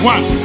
One